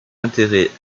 intérêts